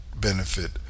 benefit